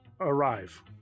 arrive